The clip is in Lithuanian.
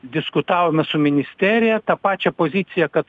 diskutavome su ministerija tą pačią poziciją kad